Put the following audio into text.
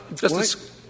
Justice